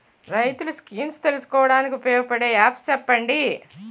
రైతులు స్కీమ్స్ తెలుసుకోవడానికి ఉపయోగపడే యాప్స్ చెప్పండి?